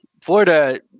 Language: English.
Florida